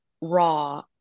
raw